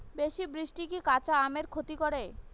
বেশি বৃষ্টি কি কাঁচা আমের ক্ষতি করে?